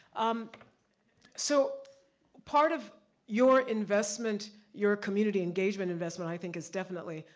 um so part of your investment, your community engagement investment, i think is definitely,